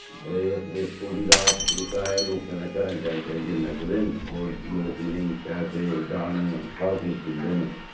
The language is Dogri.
एह् एह् पूरी रात जेह्का ऐ लोकें घरै जाइयै जाइयै नच्चदे न होर लोक इ'नेंगी पैसे दाने सब किश दिंदे न